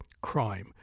crime